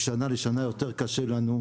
משנה לשנה יותר קשה לנו.